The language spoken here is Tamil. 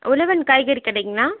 உழவன் காய்கறி கடைங்களா